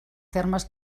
termes